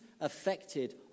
affected